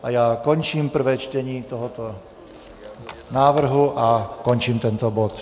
A já končím prvé čtení tohoto návrhu a končím tento bod.